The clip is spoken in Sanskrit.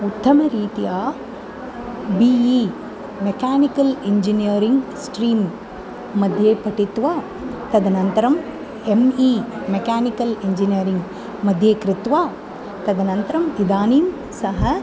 उत्तमरीत्या बि इ मेकानिकल् इन्जिनियरिङ्ग् स्ट्रीम्मध्ये पठित्वा तदनन्तरं एम् इ मेकनिकल् इन्जिनियरिङ्ग्मध्ये कृत्वा तदनन्तरम् इदानीं सः